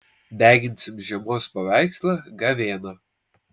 deginsim žiemos paveikslą gavėną